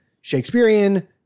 Shakespearean